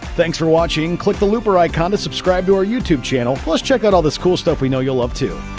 thanks for watching! click the looper icon to subscribe to our youtube channel. plus check out all this cool stuff we know you'll love, too!